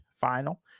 final